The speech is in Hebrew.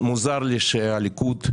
מוזר לי שאנשי הליכוד,